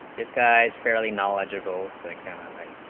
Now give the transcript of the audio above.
disguise fairly knowledgeable site, kind of um a